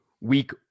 week